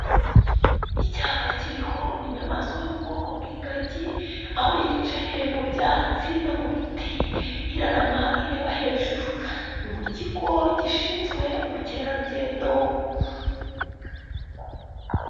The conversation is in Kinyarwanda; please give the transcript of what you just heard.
Icyapa kiriho inyamaswa yo mu bwoko nw'ingagi, aho yicaye mu byatsi no mu biti, irarama ireba hejuru. Ni mu kigo gishinzwe ubukerarugendo.